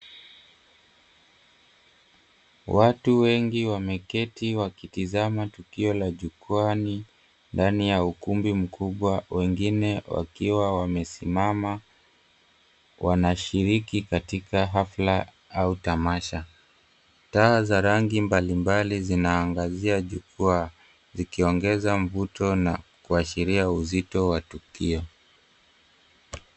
Watu wengi wameketi wakitizama tukio la jukwaani ndani ya ukumbi mkubwa, wengine wakiwa wamesimama wanashiriki katika hafla au tamasha. Taa za rangi mbalimbali zinaangazia jukwaa zikiongeza mvuto na kuashiria uzito wa tukio.